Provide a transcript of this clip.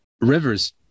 rivers